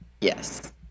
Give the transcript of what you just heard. yes